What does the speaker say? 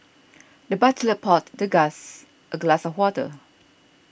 the butler poured the guest a glass of water